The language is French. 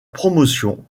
promotion